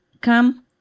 come